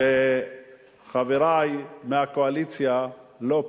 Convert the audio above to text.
שחברי מהקואליציה לא פה,